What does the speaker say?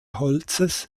holzes